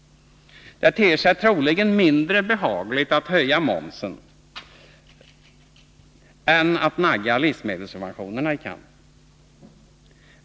Det ter sig troligen mindre behagligt att höja momsen än att nagga livsmedelssubventionerna i kanten.